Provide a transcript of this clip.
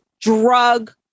drug